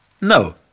no